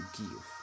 give